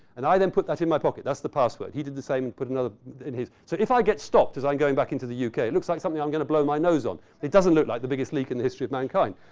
and i then put that in my pocket. that's the password. he did the same, and put another in his. so if i get stopped, cause i'm going back into the yeah uk, it looks like something i'm gonna blow my nose on. it doesn't look like the biggest leak in the history of mankind.